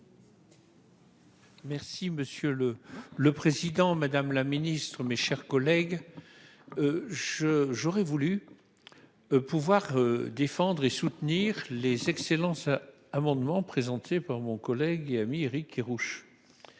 Merci monsieur le le président, madame la Ministre, mes chers collègues. Je, j'aurais voulu. Pouvoir défendre et soutenir les excellences amendement présenté par mon collègue et ami Éric Kerrouche.